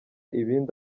ibindi